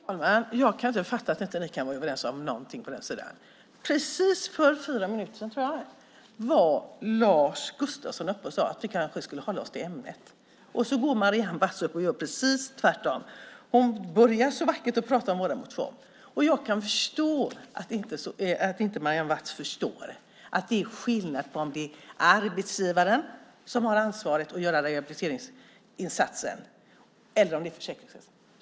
Fru talman! Jag kan inte fatta att ni inte kan vara överens om någonting på den sidan! Precis för fyra minuter sedan var Lars Gustafsson uppe och sade att vi kanske skulle hålla oss till ämnet, och så går Marianne Watz upp och gör precis tvärtom. Hon började så vackert med att prata om vår motion, och jag kan förstå att Marianne Watz inte förstår att det är skillnad på om det är arbetsgivaren som har ansvaret för att göra rehabiliteringsinsatsen eller om det är Försäkringskassan.